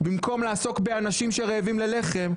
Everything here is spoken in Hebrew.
במקום לעסוק באנשים שרעבים ללחם,